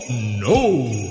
no